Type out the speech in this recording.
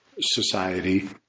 society